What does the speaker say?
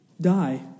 die